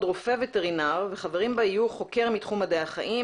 רופא וטרינר וחברים בה יהיו חוקר מתחום מדעי החיים,